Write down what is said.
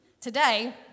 Today